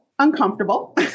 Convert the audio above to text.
uncomfortable